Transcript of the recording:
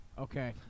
Okay